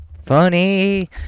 funny